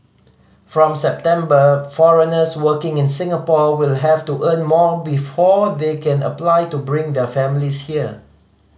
from September foreigners working in Singapore will have to earn more before they can apply to bring their families here